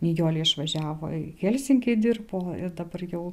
nijolė išvažiavo į helsinkį dirbo ir dabar jau